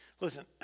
Listen